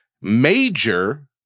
major